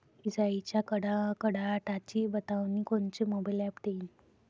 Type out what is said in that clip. इजाइच्या कडकडाटाची बतावनी कोनचे मोबाईल ॲप देईन?